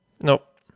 nope